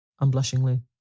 unblushingly